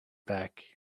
back